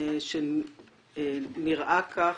שנראה כך,